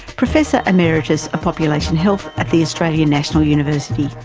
professor emeritus of population health at the australian national university.